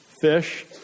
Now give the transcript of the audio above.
fish